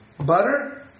butter